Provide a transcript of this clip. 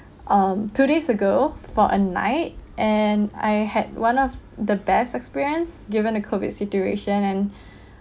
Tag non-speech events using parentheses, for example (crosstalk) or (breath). um two days ago for a night and I had one of the best experience given a COVID situation and (breath)